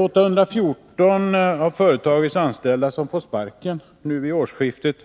814 av företagets anställda får sparken vid årsskiftet,